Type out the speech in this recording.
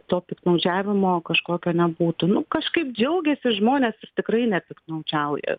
to piktnaudžiavimo kažkokio nebūtų nu kažkaip džiaugiasi žmonės ir tikrai nepiktnaudžiauja